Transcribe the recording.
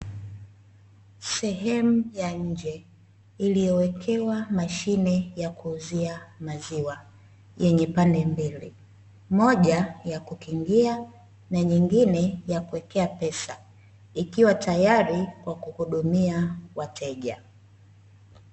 Sehemu ya nje iliyowekewa mashine ya kuuzia maziwa yenye pande mbili, moja ya kukingia na nyingine ya kuwekea pesa; ikiwa tayari kwa kuhudumia wateja.